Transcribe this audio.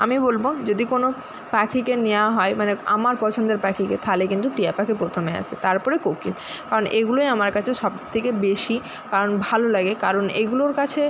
আমি বলবো যদি কোনো পাখিকে নেয়া হয় মানে আমার পছন্দের পাখিকে তাহলে কিন্তু টিয়া পাখি প্রথমে আসে তারপরে কোকিল কারণ এইগুলোই আমার কাছে সব থেকে বেশি কারণ ভালো লাগে কারণ এইগুলোর কাছে